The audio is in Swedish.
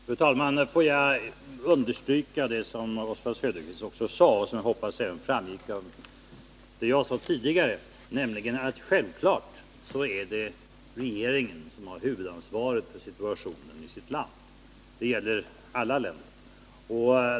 Fru talman! Får jag understryka det som Oswald Söderqvist sade och som jag hoppas även framgick av vad jag sade tidigare, nämligen att det självfallet är regeringen som har huvudansvaret för situationen i det egna landet. Det gäller alla länder.